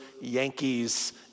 Yankees